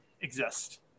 exist